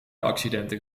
accidenten